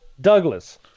Douglas